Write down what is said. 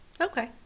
Okay